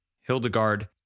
Hildegard